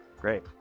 Great